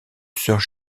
sœurs